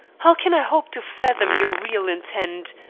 how can i hope to fathom your real intent?